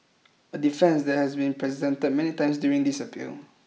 a defence that has been presented many times during this appeal